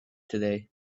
today